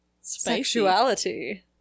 Sexuality